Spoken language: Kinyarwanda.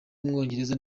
w’umwongereza